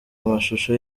amashusho